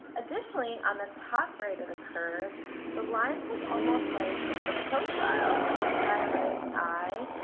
additionally on the top right of the curve the lines look almost like the profile of a stylized eye,